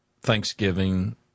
Thanksgiving